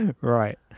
right